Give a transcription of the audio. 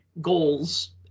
goals